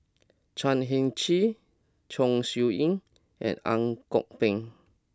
Chan Heng Chee Chong Siew Ying and Ang Kok Peng